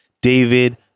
David